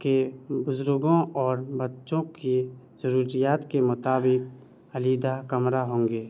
کہ بزرگوں اور بچوں کی ضروریات کے مطابق علیحدہ کمرہ ہوں گے